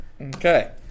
Okay